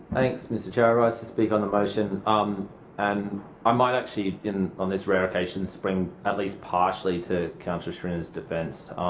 thanks, mr chair. i rise to speak on the motion um and i might actually on this rare occasion spring at least partially to councillor schrinner's defence.